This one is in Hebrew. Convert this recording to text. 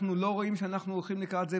אנחנו לא רואים שאנחנו הולכים לקראת זה,